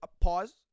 pause